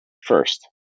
first